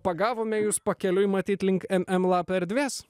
pagavome jus pakeliui matyt link em em lap erdvės